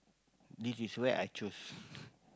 this is where I choose